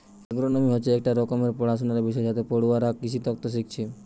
agronomy হচ্ছে একটা রকমের পড়াশুনার বিষয় যাতে পড়ুয়ারা কৃষিতত্ত্ব শিখছে